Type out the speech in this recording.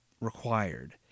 required